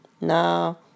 No